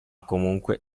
comunque